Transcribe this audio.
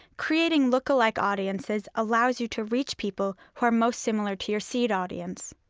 creating lookalike audiences allows you to reach people who are most similar to your seed audience.